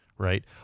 Right